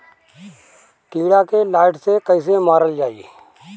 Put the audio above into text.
कीड़ा के लाइट से कैसे मारल जाई?